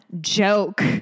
joke